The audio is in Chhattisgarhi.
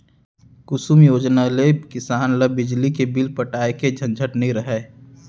कुसुम योजना ले किसान ल बिजली के बिल पटाए के झंझट नइ रहय